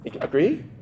Agree